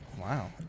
Wow